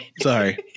sorry